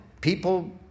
people